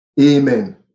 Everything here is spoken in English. Amen